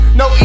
no